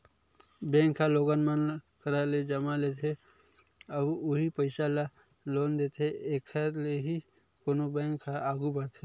bank ह लोगन मन करा ले जमा लेथे अउ उहीं पइसा ल लोन देथे एखर ले ही कोनो बेंक ह आघू बड़थे